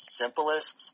simplest